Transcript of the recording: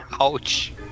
Ouch